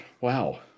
Wow